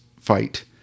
fight